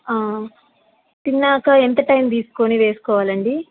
తిన్నాక ఎంత టైమ్ తీసుకొని వేసుకోవాలండి